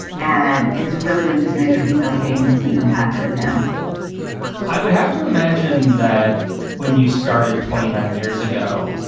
and it is really to just make sure he's ok and keep in touch with him i would have to imagine that when you started twenty nine years ago,